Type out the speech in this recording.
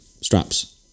Straps